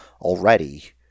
already